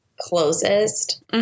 closest